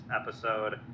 episode